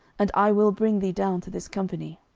and i will bring thee down to this company.